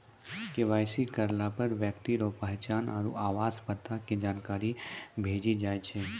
KYC करलापर ब्यक्ति रो पहचान आरु आवास पता के जानकारी भेटी जाय छै